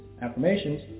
affirmations